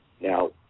Now